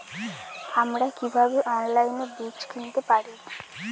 আমরা কীভাবে অনলাইনে বীজ কিনতে পারি?